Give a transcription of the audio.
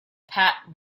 pat